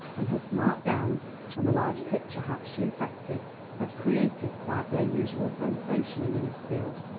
and her smart gowns and the large picture hats she affected had created quite their usual sensation in innisfield,